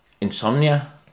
insomnia